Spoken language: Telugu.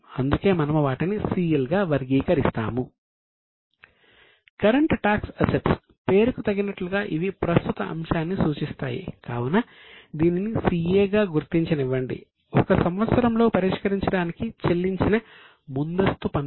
అందుకే మనము వాటిని CL గా వర్గీకరిస్తాము